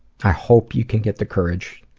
i hope you can get the courage